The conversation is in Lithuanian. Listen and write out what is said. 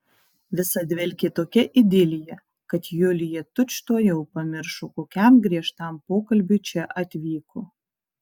visa dvelkė tokia idilija kad julija tučtuojau pamiršo kokiam griežtam pokalbiui čia atvyko